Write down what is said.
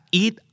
eat